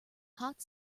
hot